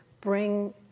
bring